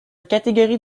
catégorie